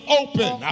open